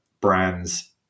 brands